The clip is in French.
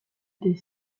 des